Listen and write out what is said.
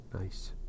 Nice